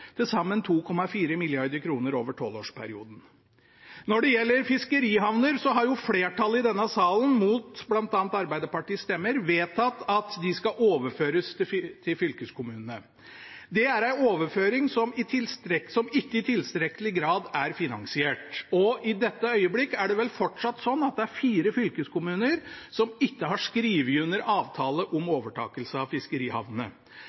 til sammen 2,4 mrd. kr over tolvårsperioden. Når det gjelder fiskerihavner, har flertallet i denne salen – mot bl.a. Arbeiderpartiets stemmer – vedtatt at de skal overføres til fylkeskommunene. Det er en overføring som ikke i tilstrekkelig grad er finansiert. I dette øyeblikk er det vel fortsatt sånn at det er fire fylkeskommuner som ikke har skrevet under avtalen om overtakelse av fiskerihavnene.